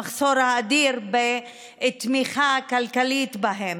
את המחסור האדיר בתמיכה הכלכלית בו.